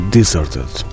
Deserted